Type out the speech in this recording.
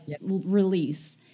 release